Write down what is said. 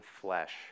flesh